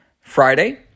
Friday